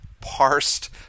parsed